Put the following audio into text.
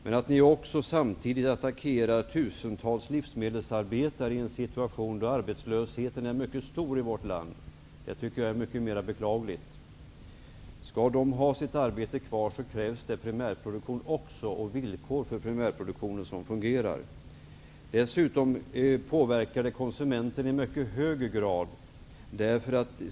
Men att Socialdemokraterna också attackerar tusentals livsmedelsarbetare i en situation då arbetslösheten är mycket stor i vårt land är mera beklagligt. Skall de få ha sina arbeten kvar krävs det även en fungerande primärproduktion. Villkoren för primärproduktionen måste fungera. Dessutom påverkar detta konsumenten i hög grad.